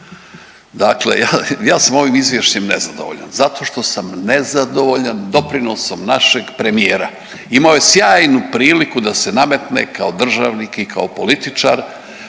Dakle, ja sam ovim izvješćem nezadovoljan zato što sam nezadovoljan doprinosom našeg premijera. Imao je sjajnu priliku da se nametne kao državnik i kao političar,